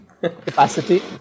capacity